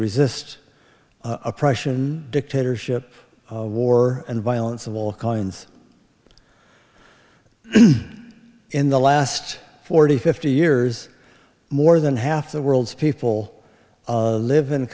resist oppression dictatorship war and violence of all kinds in the last forty fifty years more than half the world's people live in